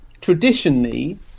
traditionally